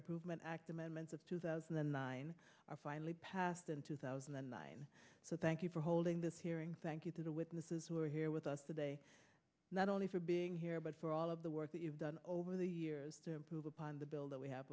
improvement act amendments of two thousand and nine are finally passed in two thousand and nine so thank you for holding this hearing thank you to the witnesses who are here with us today not only for being here but for all of the work that you've done over the years to improve upon the bill that we have